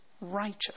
righteous